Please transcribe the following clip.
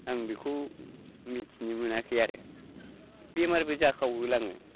आं बेखौ मिथिनो मोनाखै आरो बेमारबो जाखाव होलाङो